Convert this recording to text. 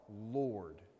Lord